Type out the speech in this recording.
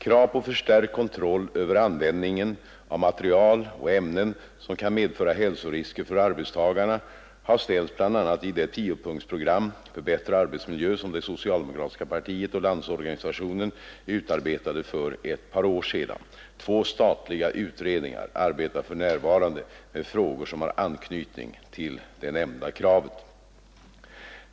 Krav på förstärkt kontroll över användningen av material och ämnen som kan medföra hälsorisker för arbetstagarna har ställts bl.a. i det tiopunktsprogram för bättre arbetsmiljö som det socialdemokratiska partiet och Landsorganisationen utarbetade för ett par år sedan. Två statliga utredningar arbetar för närvarande med frågor som har anknytning till det nämnda kravet.